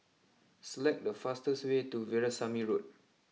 select the fastest way to Veerasamy Road